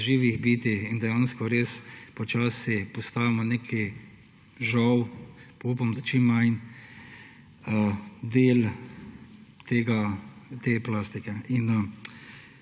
živih bitij in dejansko res počasi postajamo neki žal, pa upam, da čim manj, del tega, te plastike. V